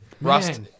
Rust